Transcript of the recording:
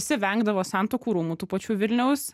visi vengdavo santuokų rūmų tų pačių vilniaus